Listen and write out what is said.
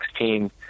2016